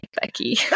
Becky